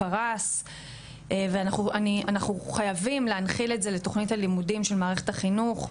פרס ואנחנו חייבים להנחיל את זה לתוכנית הלימודים של מערכת החינוך,